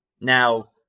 Now